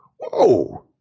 Whoa